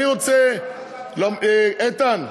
איתן,